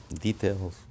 details